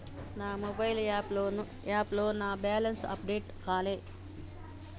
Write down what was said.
నా మొబైల్ యాప్లో నా బ్యాలెన్స్ అప్డేట్ కాలే